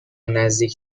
نزدیک